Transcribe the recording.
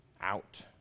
out